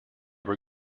were